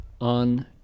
on